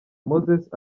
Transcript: moses